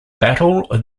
battle